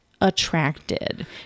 attracted